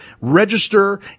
Register